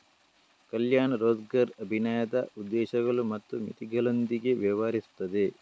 ಕಲ್ಯಾಣ್ ರೋಜ್ಗರ್ ಅಭಿಯಾನದ ಉದ್ದೇಶಗಳು ಮತ್ತು ಮಿತಿಗಳೊಂದಿಗೆ ವ್ಯವಹರಿಸುತ್ತದೆ